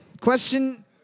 Question